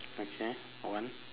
okay one